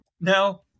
Now